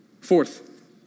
Fourth